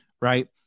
right